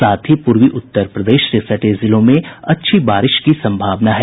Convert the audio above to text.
साथ ही पूर्वी उत्तर प्रदेश से सटे जिलों में अच्छी बारिश की सम्भावना है